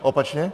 Opačně?